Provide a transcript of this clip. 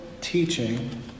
teaching